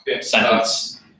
sentence